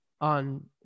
on